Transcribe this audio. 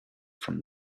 from